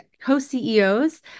co-CEOs